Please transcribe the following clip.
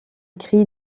cri